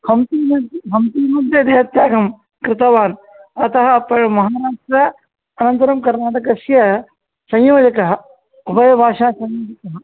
हंपमध्ये हंसिल्मध्ये देहत्यागं कृतवान् अतः महाराष्ट्रस्य अनन्तरं कर्णाटकस्य संयोजकः उभयभाषासंयोजकः